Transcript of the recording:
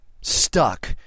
Stuck